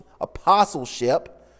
apostleship